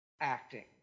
acting